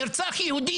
אבל כשנרצח יהודי,